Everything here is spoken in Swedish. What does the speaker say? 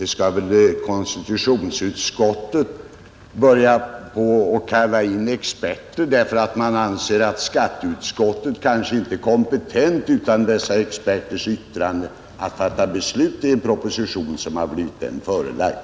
Inte skall väl konstitutionsutskottet börja kalla in experter därför att man anser att skatteutskottet kanske inte är kompetent att utan dessa experters yttrande fatta beslut om en proposition som har blivit utskottet förelagd.